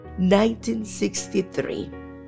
1963